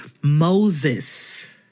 Moses